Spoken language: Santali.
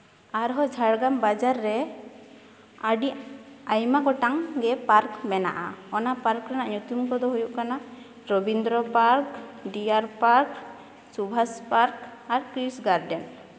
ᱟᱨᱦᱚᱸ ᱡᱷᱟᱲᱜᱨᱟᱢ ᱵᱟᱡᱟᱨ ᱨᱮ ᱟᱹᱰᱤ ᱟᱭᱢᱟ ᱜᱚᱴᱟᱝ ᱜᱮ ᱯᱟᱨᱠ ᱢᱮᱱᱟᱜᱼᱟ ᱚᱱᱟ ᱯᱟᱨᱠ ᱨᱮᱱᱟᱜ ᱧᱩᱛᱩᱢ ᱠᱚᱫᱚ ᱦᱩᱭᱩᱜ ᱠᱟᱱᱟ ᱨᱚᱵᱤᱱᱫᱨᱚ ᱯᱟᱨᱠ ᱰᱤᱭᱟᱨ ᱯᱟᱨᱠ ᱥᱩᱵᱷᱟᱥ ᱯᱟᱨᱠ ᱟᱨ ᱠᱨᱤᱥ ᱜᱟᱨᱰᱮᱱ